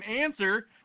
answer